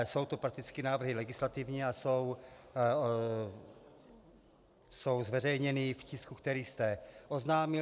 Jsou to fakticky návrhy legislativní a jsou zveřejněny v tisku, který jste oznámil.